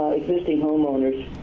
existing homeowners